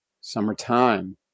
summertime